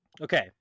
Okay